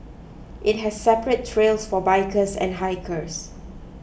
it has separate trails for bikers and hikers